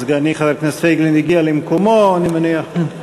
סגני חבר הכנסת פייגלין הגיע למקומו, אני מניח.